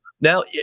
now